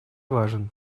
важен